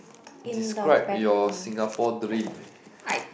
describe your Singapore dream